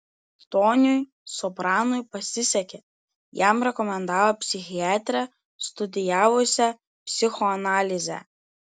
toniui sopranui pasisekė jam rekomendavo psichiatrę studijavusią psichoanalizę